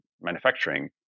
manufacturing